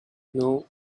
know